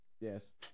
Yes